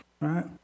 Right